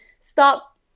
stop